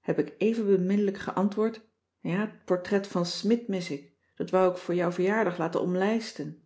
heb ik even beminnelijk geantwoord ja t portret van smidt mis ik dat wou ik voor jouw verjaardag laten omlijsten